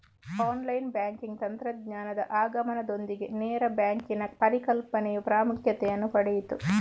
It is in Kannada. ಆನ್ಲೈನ್ ಬ್ಯಾಂಕಿಂಗ್ ತಂತ್ರಜ್ಞಾನದ ಆಗಮನದೊಂದಿಗೆ ನೇರ ಬ್ಯಾಂಕಿನ ಪರಿಕಲ್ಪನೆಯು ಪ್ರಾಮುಖ್ಯತೆಯನ್ನು ಪಡೆಯಿತು